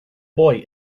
boy